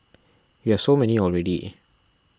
you have so many already